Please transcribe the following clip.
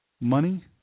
Money